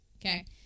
Okay